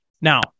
Now